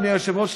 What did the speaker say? אדוני היושב-ראש,